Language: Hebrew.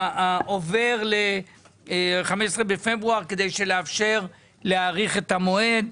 עובר ל-15 בפברואר כדי לאפשר להאריך את המועד.